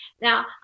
Now